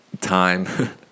time